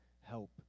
help